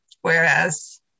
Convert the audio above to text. whereas